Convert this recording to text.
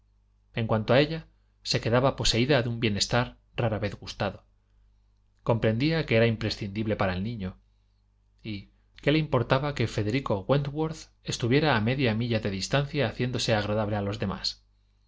en cuanto a ella se quedaba poseída de un bienestar rara vez gustado comprendía que era imprescindible para el niño y qué le importaba que federico wentworth estuviera a media milla de distancia haciéndose agradable a los demás